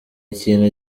ikintu